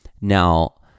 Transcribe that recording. Now